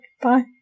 Bye